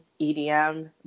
EDM